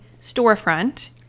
storefront